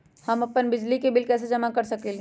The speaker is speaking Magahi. हम अपन बिजली बिल कैसे जमा कर सकेली?